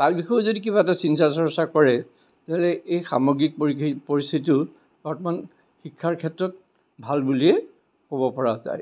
তাৰ বিষয়েও যদি কিবা এটা চিন্তা চৰ্চা কৰে তেনেহ'লে এই সামগ্ৰিক পৰিধি পৰিস্থিতিটোৰ অলপমান শিক্ষাৰ ক্ষেত্ৰত ভাল বুলিয়েই ক'বপৰা যায়